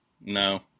no